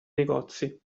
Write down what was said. negozi